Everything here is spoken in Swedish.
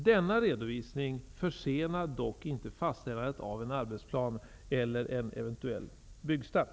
Denna redovisning försenar dock inte fastställandet av en arbetsplan eller en eventuell byggstart.